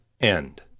end